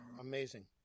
amazing